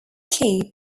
key